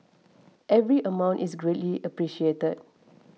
every amount is greatly appreciated